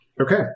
Okay